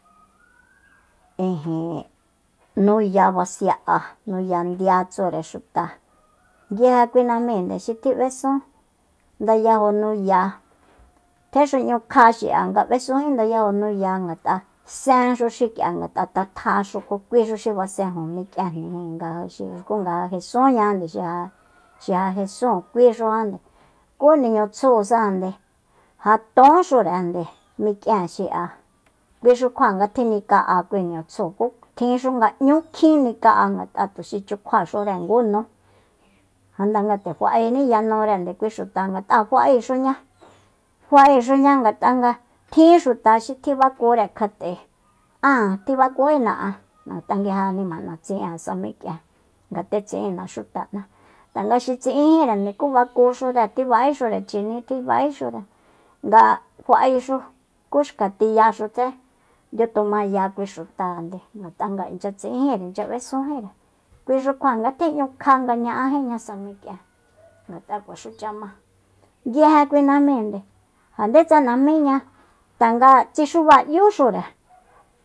Ijin nuya basi'a nuya ndiá tsure xuta nguije kui najmínde xi tjib'esun ndayajo nuya tjexu'ñukja xi'a nga b'esúnji ndayajo nuya ngat'a sénxu xik'ia ngat'a tjatjaxu ku kuixu xi basenjo mi´kienjnijin nga ja xi ku nga ja jesúnñajande xija- xija jesúun kui xujande kú niñutsjusajande ja tónxurende mik'ien xi'a kuixu kjua nga tjinika'a kui niñutsju ku tjinxu nga n'ñú kjin nika'a ngat'a tuxi chukjuaxure ngu nu janda nga te fa'éní yanure kui xuta ngat'a fa'exuña fa'exuña ngat'a kjin xuta xi tjibakure kjat'e áan tjibakújina áan ngata nguije animan'a tsi'ían sa mik'ien nga tje tsi'ína xuta'na tanga xi tsi'ínjírende ku bakuxure tji ba'ére chini tji ba'éxure nga fa'exu ku xka tiyaxutse ndiutumaya kui xutande ngat'a inchya tsi'ínjíre inchya b'esunjíre kui xu kjua nga tjeñu kja nga ña'ajíña sa mik'ien ngat'a kuaxucha ma nguije kui najmínde ja ndetsa najmíña tanga tsixuba'yuxure